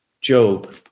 Job